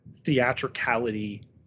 theatricality